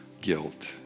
guilt